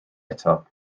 eto